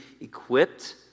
equipped